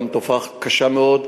גם תופעה קשה מאוד,